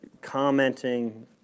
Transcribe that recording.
commenting